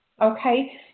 okay